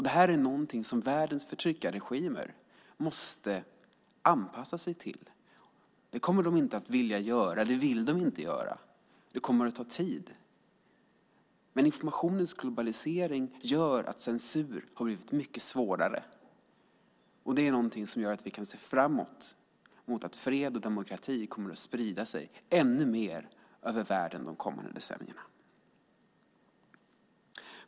Det här är någonting som världens förtryckarregimer måste anpassa sig till. Det vill de inte göra. Det kommer att ta tid. Men informationens globalisering gör att censur har blivit mycket svårare, och det är någonting som gör att vi kan se fram mot att fred och demokrati kommer att sprida sig ännu mer över världen de kommande decennierna.